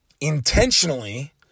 intentionally